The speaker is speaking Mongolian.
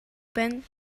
байна